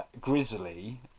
Grizzly